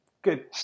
Good